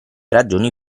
ragioni